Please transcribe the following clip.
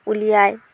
ওলিয়াই